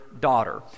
daughter